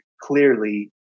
clearly